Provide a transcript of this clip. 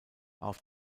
auf